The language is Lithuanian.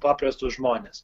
paprastus žmones